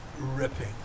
ripping